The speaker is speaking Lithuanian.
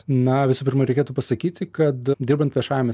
na visų pirma reikėtų pasakyti kad dirbant viešajame